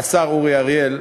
השר אורי אריאל,